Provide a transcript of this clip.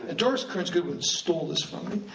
ah doris kearns goodwin stole this from